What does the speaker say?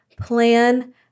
Plan